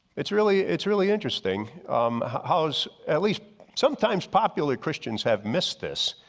it's really it's really interesting house at least sometimes popular christians have missed this.